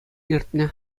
иртнӗ